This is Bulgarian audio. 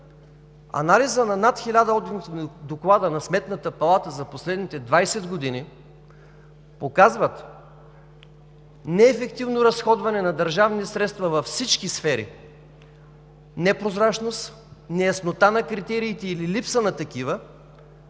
Анализът на над 1000 одитни доклада на Сметната палата за последните 20 години показват неефективно разходване на държавни средства във всички сфери, непрозрачност, неяснота на критериите или липса на такива.